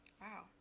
Wow